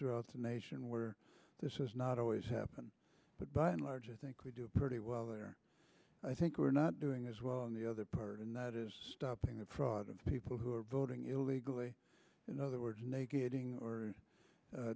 throughout the nation where this is not always happened but by and large i think we do pretty well there i think we're not doing as well in the other part and that is stopping the fraud of people who are voting illegally in other words